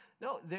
No